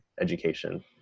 education